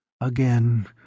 Again